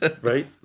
right